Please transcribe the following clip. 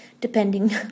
depending